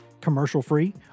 commercial-free